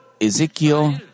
Ezekiel